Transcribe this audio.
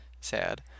sad